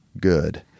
good